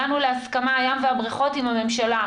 הגענו להסכמה עם הממשלה,